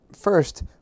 first